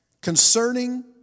Concerning